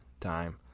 time